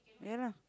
ya lah